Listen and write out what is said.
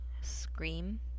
scream